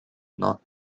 not